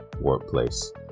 workplace